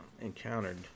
encountered